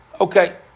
Okay